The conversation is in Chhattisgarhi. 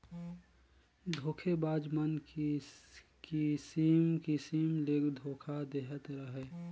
धोखेबाज मन किसिम किसिम ले धोखा देहत अहें